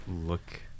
look